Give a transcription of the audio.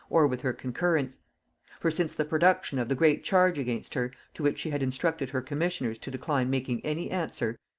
or with her concurrence for since the production of the great charge against her, to which she had instructed her commissioners to decline making any answer,